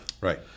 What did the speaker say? Right